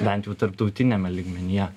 bent jau tarptautiniame lygmenyje